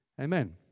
Amen